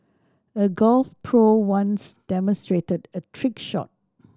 a golf pro once demonstrated a trick shot